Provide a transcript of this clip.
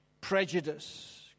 Prejudice